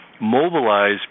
mobilize